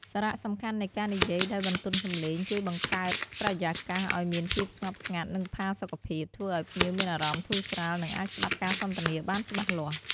សារៈសំខាន់នៃការនិយាយដោយបន្ទន់សំឡេងជួយបង្កើតបរិយាកាសឲ្យមានភាពស្ងប់ស្ងាត់ និងផាសុកភាព ធ្វើឲ្យភ្ញៀវមានអារម្មណ៍ធូរស្រាល និងអាចស្តាប់ការសន្ទនាបានច្បាស់លាស់។